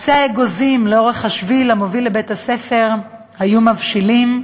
עצי האגוזים לאורך השביל המוביל לבית-הספר היו מבשילים.